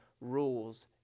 rules